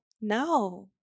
No